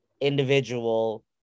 individual